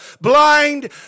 blind